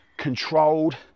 controlled